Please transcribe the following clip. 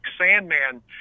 Sandman